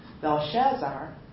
Belshazzar